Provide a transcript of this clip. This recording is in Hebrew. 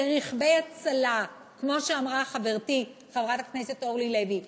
שרכבי הצלה כמו שאמרה חברתי חברת הכנסת אורלי לוי,